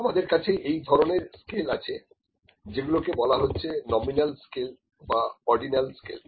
আমাদের কাছে এই ধরনের স্কেল আছে যেগুলোকে বলা হচ্ছে নমিনাল স্কেল বা অর্ডিনাল স্কেল